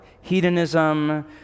hedonism